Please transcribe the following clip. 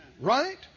Right